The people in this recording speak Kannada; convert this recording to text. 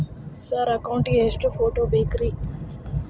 ಸರ್ ಅಕೌಂಟ್ ಗೇ ಎಷ್ಟು ಫೋಟೋ ಬೇಕ್ರಿ?